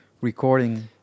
recording